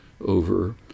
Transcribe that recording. over